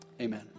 Amen